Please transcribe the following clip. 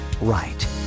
right